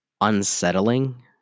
unsettling